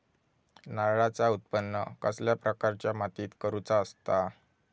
नारळाचा उत्त्पन कसल्या प्रकारच्या मातीत करूचा असता?